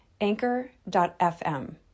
Anchor.fm